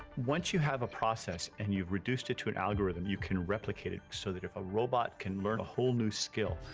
once you have a process, and you've reduced it to an algorithm, you can replicate it so that if a robot can learn a whole new skill,